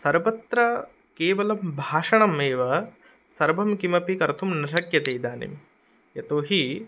सर्वत्र केवलं भाषणम् एव सर्वं किमपि कर्तुं न शक्यते इदानीं यतो हि